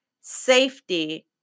safety